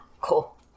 Cool